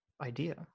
idea